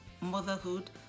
motherhood